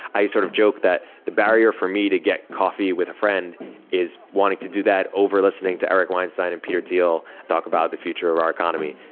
i sort of joke that the barrier for me to get coffee with a friend is wanting to do that over listening to eric weinstein and peter teal talk about the future of our economy.